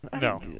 No